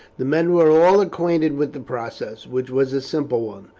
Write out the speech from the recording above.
the men were all acquainted with the process, which was a simple one.